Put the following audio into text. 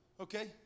Okay